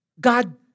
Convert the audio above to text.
God